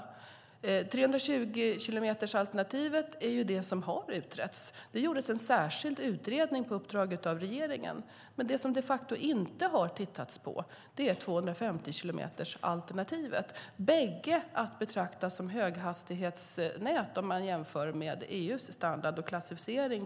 Alternativet med 320 kilometer i timmen är det som har utretts. Det gjordes en särskild utredning på uppdrag av regeringen, men man har inte tittat på 250-kilometersalternativet. Bägge alternativen är att betrakta som höghastighetsnät om man utgår från EU:s standard och klassificering.